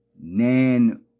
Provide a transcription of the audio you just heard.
Nan